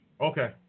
Okay